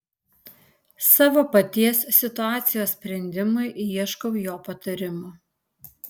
savo paties situacijos sprendimui ieškau jo patarimo